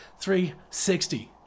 360